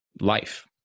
life